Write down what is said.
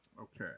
Okay